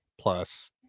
plus